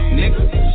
nigga